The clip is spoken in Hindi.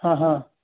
हाँ हाँ